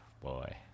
Boy